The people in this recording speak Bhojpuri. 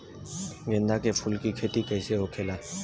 गेंदा के फूल की खेती कैसे होखेला?